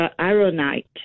ironite